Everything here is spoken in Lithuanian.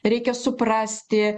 reikia suprasti